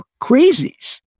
crazies